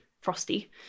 frosty